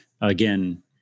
Again